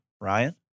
Ryan